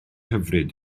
hyfryd